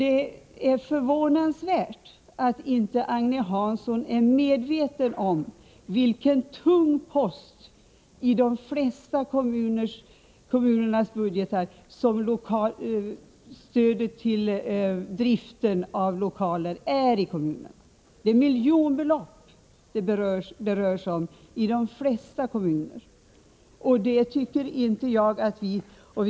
Det är förvånansvärt att Agne Hansson inte är medveten om vilken tung post i de flesta kommuners budget som stödet till driften av lokaler är. I de flesta kommuner rör det sig om miljonbelopp.